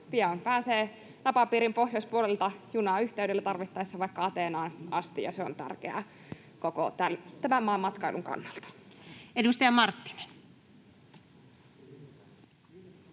pian pääsee napapiirin pohjoispuolelta junayhteydellä tarvittaessa vaikka Ateenaan asti. Se on tärkeää koko tämän maan matkailun kannalta. [Speech